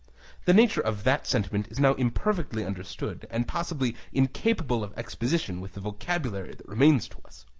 the nature of that sentiment is now imperfectly understood, and possibly incapable of exposition with the vocabulary that remains to us.